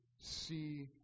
see